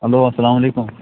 hello اسلام وعلیکُم